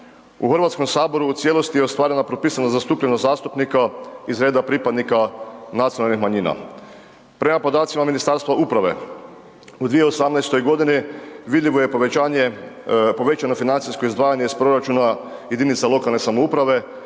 U Hrvatskom saboru u cijelosti je ostvarena propisana zastupljenost zastupnika iz reda pripadnika nacionalnih manjina. Prema podacima Ministarstva uprave, u 2018. G. vidljivo je povećano financijsko izdvajanje iz proračuna jedinica lokalne samouprave